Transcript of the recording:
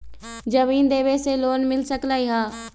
जमीन देवे से लोन मिल सकलइ ह?